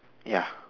ya